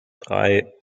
drei